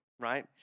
right